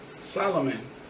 Solomon